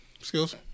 Skills